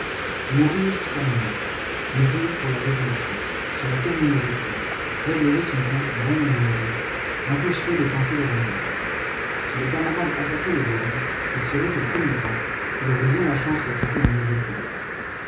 mourir crânement mourir pour la révolution cela terminerait tout réglerait son compte bon ou mauvais l'empêcherait de penser davantage si les camarades attaquaient les borains il serait au premier rang il aurait bien la chance d'attraper un mauvais coup